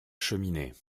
cheminée